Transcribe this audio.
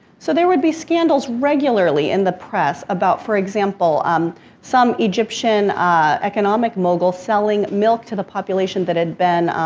so, there would be scandals regularly in the press, about for example um some egyptian economic mogul selling milk to the population that had been